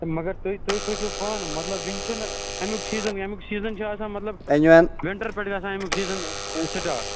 مگر تُہۍ تُہۍ سوٗنٛچوٗ پانہٕ مطلب وُنہِ چھُنہٕ امیُک سیٖزَن ییٚمیُک سیٖزَن چھِ آسان مطلب وِنٛٹَر پٮ۪ٹھٕ گژھان امیُک سیٖزَن سِٹارٹ